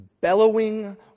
bellowing